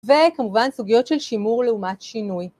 וכמובן סוגיות של שימור לעומת שינוי.